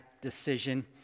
decision